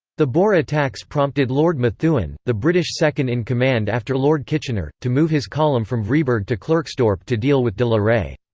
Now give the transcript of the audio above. the boer attacks prompted lord methuen, the british second-in-command after lord kitchener, to move his column from vryburg to klerksdorp to deal with de la rey.